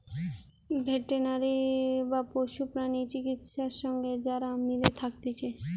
veterinary বা পশু প্রাণী চিকিৎসা সঙ্গে যারা মিলে থাকতিছে